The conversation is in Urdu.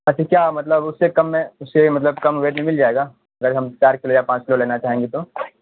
اچھا کیا مطلب اس سے کم میں اس سے مطلب کم ویٹ میں مل جائے گا اگر ہم چار کلو یا پانچ کلو لینا چاہیں گے تو